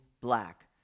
black